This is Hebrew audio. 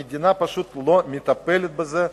המדינה לא מטפלת בזה,